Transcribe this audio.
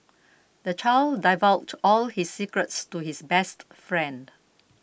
the child divulged all his secrets to his best friend